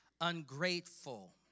ungrateful